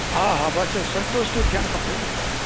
हा हा बसि संतुष्टी थियणु खपे